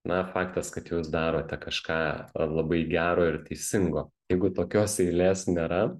na faktas kad jūs darote kažką labai gero ir teisingo jeigu tokios eilės nėra